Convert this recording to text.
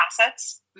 assets